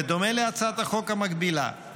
בדומה להצעת החוק המקבילה,